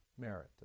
merit